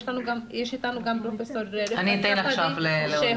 נמצא איתנו גם פרופ' ריפעת ספדי שהוא